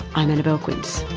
i'm annabelle quince